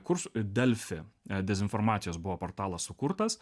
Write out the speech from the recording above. kurs delfi dezinformacijos buvo portalas sukurtas